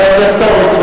חבר הכנסת הורוביץ.